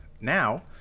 Now